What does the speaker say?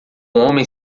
homem